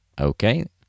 Okay